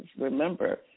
remember